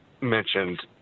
mentioned